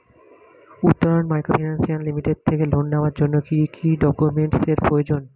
Uttaran microfinance limited থেকে loan নেওয়ার জন্য কি কি ডকুমেন্টস এর প্রয়োজন?